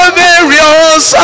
various